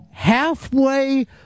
Halfway